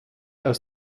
aus